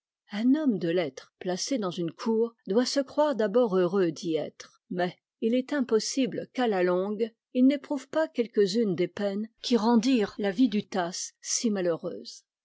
un homme de lettres placé dans une cour doit se croire d'abord heureux d'y être mais il est impossible qu'à la longue il n'éprouve pas quelquesunes des peines qui renda ent la vie du tasse si malheureuse